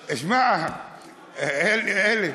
שמע, אלי.